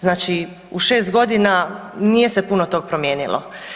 Znači u 6 godina nije se puno tog promijenilo.